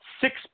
Six